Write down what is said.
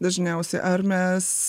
dažniausiai ar mes